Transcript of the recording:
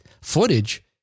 footage